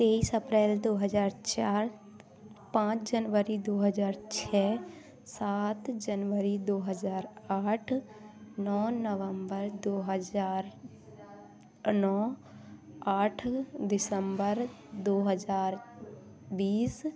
तेईस अप्रैल दो हज़ार चार पाँच जनवरी दो हज़ार छ सात जनवरी दो हज़ार आठ नौ नवम्बर दो हज़ार नौ आठ दिसम्बर दो हज़ार बीस